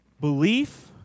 Belief